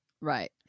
Right